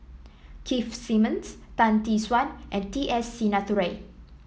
Keith Simmons Tan Tee Suan and T S Sinnathuray